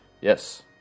Yes